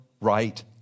right